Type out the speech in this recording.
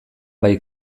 bai